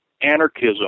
anarchism